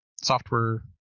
software